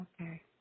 Okay